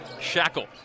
Shackle